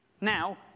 now